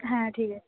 হ্যাঁ ঠিক আছে